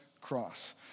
cross